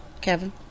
kevin